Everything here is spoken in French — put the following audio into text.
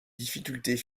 difficultés